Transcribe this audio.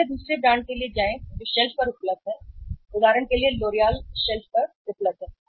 अगले या दूसरे ब्रांड के लिए जाएं जो शेल्फ पर उपलब्ध है उदाहरण के लिए LOreal शेल्फ पर उपलब्ध है